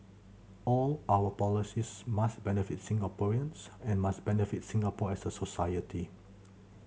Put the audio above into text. all our policies must benefit Singaporeans and must benefit Singapore as a society